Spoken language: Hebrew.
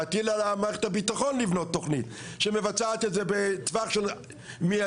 להטיל על המערכת הבטחון לבנות תוכנית שמבצעת את זה בטווח מיידי,